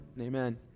amen